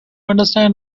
understand